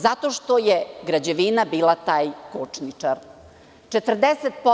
Zato što je građevina bila taj končničar.